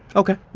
okay. yeah,